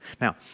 Now